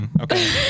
Okay